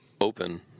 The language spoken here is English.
open